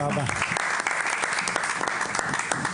הישיבה ננעלה בשעה 14:45.